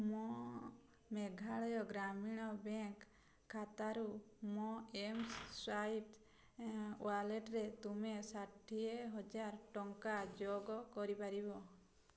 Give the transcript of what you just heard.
ମୋ ମେଘାଳୟ ଗ୍ରାମୀଣ ବ୍ୟାଙ୍କ୍ ଖାତାରୁ ମୋ ଏମ୍ସ୍ୱାଇପ୍ ୱାଲେଟ୍ରେ ତୁମେ ଷାଠିଏ ହଜାର ଟଙ୍କା ଯୋଗ କରିପାରିବ